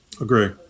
Agree